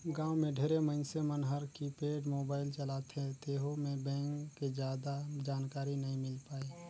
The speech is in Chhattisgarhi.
गांव मे ढेरे मइनसे मन हर कीपेड मोबाईल चलाथे तेहू मे बेंक के जादा जानकारी नइ मिल पाये